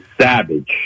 savage